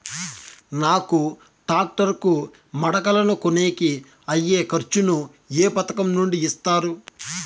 నాకు టాక్టర్ కు మడకలను కొనేకి అయ్యే ఖర్చు ను ఏ పథకం నుండి ఇస్తారు?